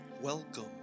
Welcome